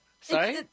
Sorry